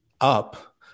up